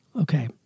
Okay